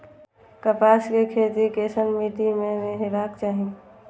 कपास के खेती केसन मीट्टी में हेबाक चाही?